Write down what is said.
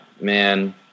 man